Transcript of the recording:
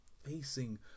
facing